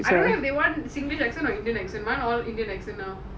I don't know if they want singlish accent or my all indian accent now